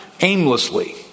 aimlessly